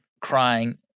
crying